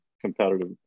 competitive